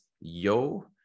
Yo